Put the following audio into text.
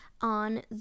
on